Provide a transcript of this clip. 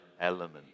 element